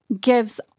gives